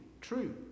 true